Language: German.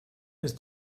ist